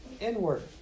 inward